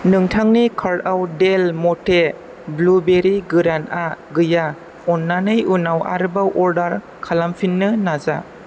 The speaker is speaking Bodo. नोंथांनि कार्टआव डेल मनटे ब्लुबेरि गोरानआ गैया अन्नानै उनाव आरोबाव अर्डार खालामफिन्नो नाजा